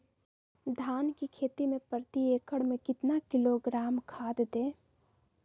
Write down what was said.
धान की खेती में प्रति एकड़ में कितना किलोग्राम खाद दे?